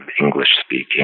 English-speaking